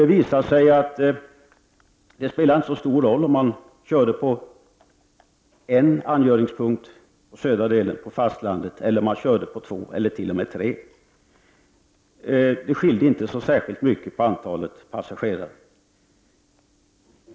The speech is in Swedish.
Det visade sig att det inte spelade så stor roll om det fanns en angöringspunkt på södra delen av fastlandet eller två eller t.o.m. tre. Det skilde inte särskilt mycket i fråga om antalet passagerare.